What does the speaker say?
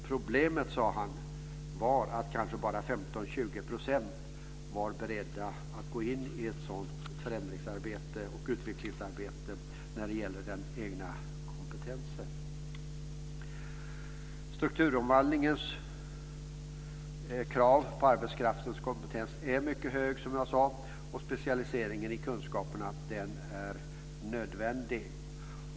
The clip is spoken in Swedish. Problemet, sade han, var att kanske bara 15-20 % var beredda att gå in i ett sådant förändringsarbete och utvecklingsarbete av den egna kompetensen. Strukturomvandlingens krav på arbetskraftens kompetens är mycket hög, som jag sade. Specialiseringen i kunskaperna är nödvändig.